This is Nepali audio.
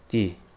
ती